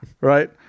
Right